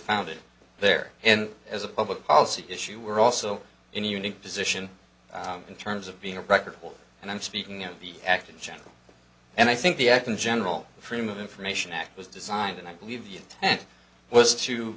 founded there and as a public policy issue we're also in a unique position in terms of being a record and i'm speaking of the act in general and i think the act in general the freedom of information act was designed and i believe the intent was to